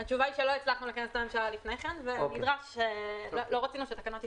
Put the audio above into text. התשובה היא שלא הצלחנו לכנס את הממשלה לפני כן ולא רצינו שהתקנות יפקעו.